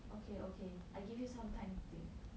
okay okay I give you some time think